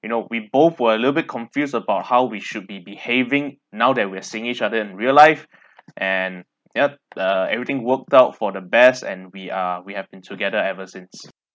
you know we both were a little bit confused about how we should be behaving now that we're seeing each other in real life and yup uh everything worked out for the best and we are we have been together ever since